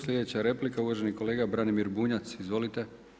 Sljedeća je replika uvaženi kolega Branimir Bunjac, izvolite.